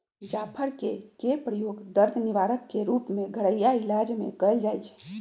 जाफर कें के प्रयोग दर्द निवारक के रूप में घरइया इलाज में कएल जाइ छइ